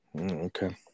Okay